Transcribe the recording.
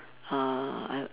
uh I